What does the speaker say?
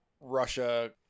Russia